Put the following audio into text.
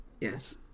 Yes